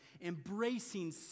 embracing